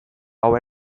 hau